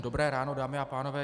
Dobré ráno, dámy a pánové.